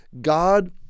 God